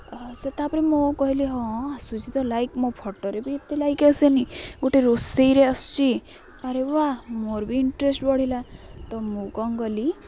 ସେ ତା'ପରେ ମୁଁ କହିଲି ହଁ ଆସୁଛି ତ ଲାଇକ୍ ମୋ ଫଟୋରେ ବି ଏତେ ଲାଇକ୍ ଆସେନି ଗୋଟେ ରୋଷେଇରେ ଆସୁଛି ଆରେ ୱା ମୋର ବି ଇନ୍ଟ୍ରେଷ୍ଟ୍ ବଢ଼ିଲା ତ ମୁଁ କ'ଣ କଲି